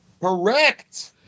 Correct